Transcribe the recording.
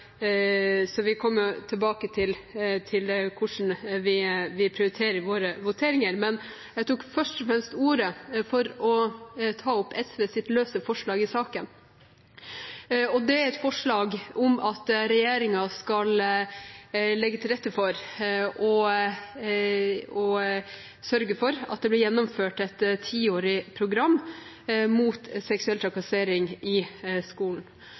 vi kommer tilbake til hvordan vi prioriterer i våre voteringer. Først og fremst tok jeg ordet for å ta opp SVs løse forslag om at regjeringen skal legge til rette og sørge for gjennomføring av et tiårig program mot seksuell trakassering i skolen.